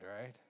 right